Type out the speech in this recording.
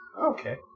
Okay